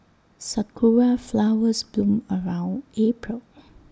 Sakura Flowers bloom around April